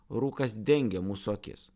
rūkas dengia mūsų akis